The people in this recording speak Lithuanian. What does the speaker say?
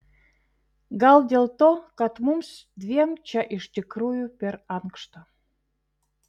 gal dėl to kad mums dviem čia iš tikrųjų per ankšta